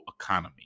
economy